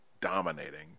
dominating